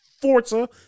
Forza